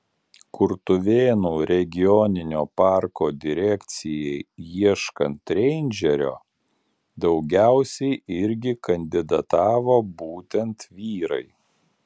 kurtuvėnų regioninio parko direkcijai ieškant reindžerio daugiausiai irgi kandidatavo būtent vyrai